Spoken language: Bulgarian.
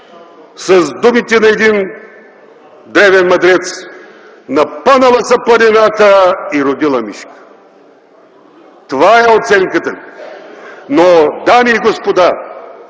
с думите на един древен мъдрец: „Напънала се планината и родила мишка”. Това е оценката ми. Но, дами и господа,